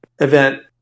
event